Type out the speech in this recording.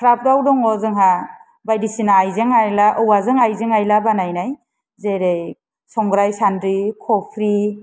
क्राकगदाउ दङ जोंहा बायदिसिना आयजों आइला औवाजों आयजों आइला बानायनाय जेरै संग्राय सानद्रि खफ्रि